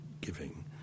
giving